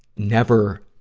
never,